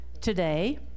today